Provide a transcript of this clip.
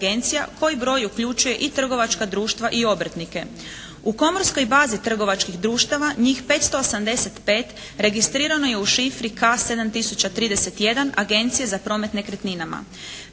koji broj uključuje i trgovačka društva i obrtnike. U komorskoj bazi trgovačkih društava njih 585 registrirano je u šifri K 7031 Agencije za promet nekretninama.